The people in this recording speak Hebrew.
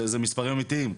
זה מספרים אמיתיים,